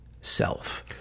self